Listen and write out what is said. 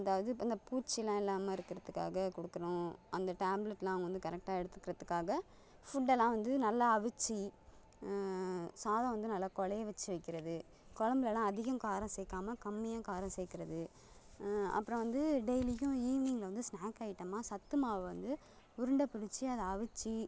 அதாவது அந்தப் பூச்சி எல்லாம் இல்லாமல் இருக்கிறதுக்காக கொடுக்கறோம் அந்த டேப்லெட்யெலாம் அவங்க வந்து கரெக்டாக எடுத்துக்கிறதுக்காக ஃபுட் எல்லாம் வந்து நல்லா அவித்து சாதம் வந்து நல்லா கொழைய வச்சு வைக்கிறது கொழம்புல எல்லாம் அதிகம் காரம் சேர்க்காம கம்மியாக காரம் சேர்க்கறது அப்புறம் வந்து டெய்லியும் ஈவினிங்கில் வந்து ஸ்நேக் ஐட்டமாக சத்து மாவு வந்து உருண்டை பிடித்து அதை அவித்து